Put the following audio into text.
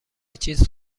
چیز